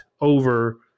over